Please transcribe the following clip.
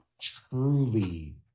Truly